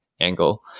angle